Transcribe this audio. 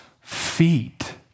feet